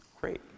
Great